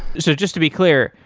so just to be clear,